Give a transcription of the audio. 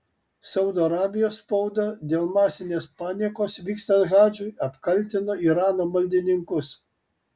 saudo arabijos spauda dėl masinės panikos vykstant hadžui apkaltino irano maldininkus